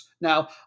Now